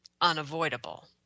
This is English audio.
unavoidable